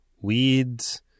Weeds